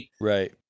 Right